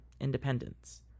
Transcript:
independence